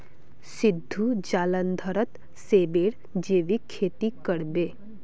सिद्धू जालंधरत सेबेर जैविक खेती कर बे